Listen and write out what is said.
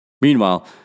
Meanwhile